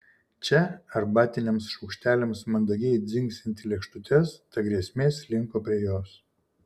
čia arbatiniams šaukšteliams mandagiai dzingsint į lėkštutes ta grėsmė slinko prie jos